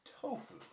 Tofu